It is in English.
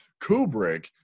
Kubrick